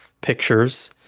pictures